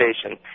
station